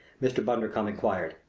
mr. bundercombe inquired.